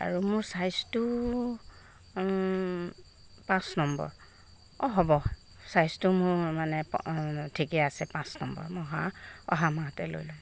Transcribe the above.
আৰু মোৰ ছাইজটো পাঁচ নম্বৰ অঁ হ'ব ছাইজটো মোৰ মানে ঠিকে আছে পাঁচ নম্বৰ মই অহা অহা মাহতে লৈ ল'ম